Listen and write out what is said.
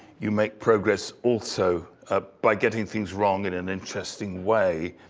you make progress also ah by getting things wrong in an interesting way.